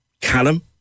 Callum